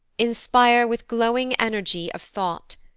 inspire with glowing energy of thought,